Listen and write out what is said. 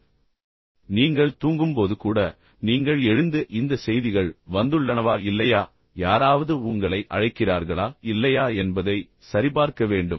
எனவே நீங்கள் தூங்கும்போது கூட நீங்கள் எழுந்து இந்த செய்திகள் வந்துள்ளனவா இல்லையா யாராவது உங்களை அழைக்கிறார்களா இல்லையா என்பதை சரிபார்க்க வேண்டும்